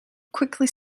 quickly